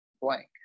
blank